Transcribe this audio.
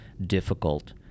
difficult